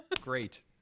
great